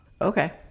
Okay